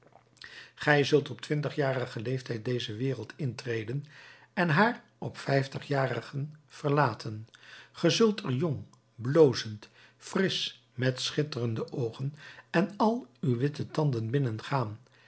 gij zult op twintigjarigen leeftijd deze wereld intreden en haar op vijftigjarigen verlaten ge zult er jong blozend frisch met schitterende oogen en al uw witte tanden